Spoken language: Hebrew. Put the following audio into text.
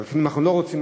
וגם אם אנחנו לא רוצים,